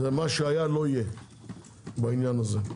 מה שהיה לא יהיה בעניין הזה.